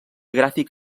gràfic